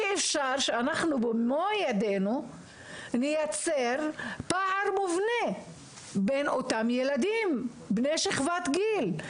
אי אפשר שאנחנו במו ידינו נייצר פער מובנה בין אותם ילדים בני שכבת גיל.